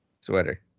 sweater